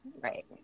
right